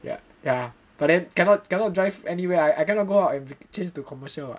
ya ya but then cannot cannot drive anywhere I cannot go out and change to commercial [what]